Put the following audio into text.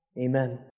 Amen